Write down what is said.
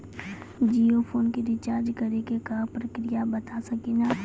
Jio phone के recharge करे के का प्रक्रिया बता साकिनी का?